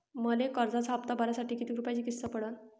मले कर्जाचा हप्ता भरासाठी किती रूपयाची किस्त पडन?